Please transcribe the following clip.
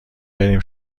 بریم